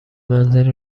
منزل